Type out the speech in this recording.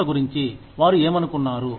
సంస్థ గురించి వారు ఏమనుకున్నారు